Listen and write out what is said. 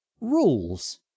rules